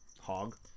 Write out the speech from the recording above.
Hog